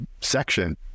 section